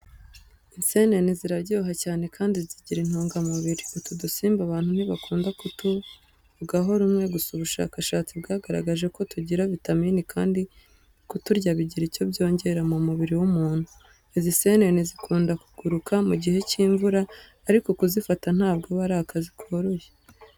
Inseneni ziraryoha cyane kandi zigira intungamubiri. Utu dusimba abantu ntibakunda kutuvugaho rumwe gusa ubushakashatsi bwagaragaje ko tugira vitamini kandi kuturya bigira icyo byongera mu mubiri w'umuntu. Izi nseneni zikunda kuguruka mu gihe cy'imvura ariko kuzifata ntabwo aba ari akazi koroshye.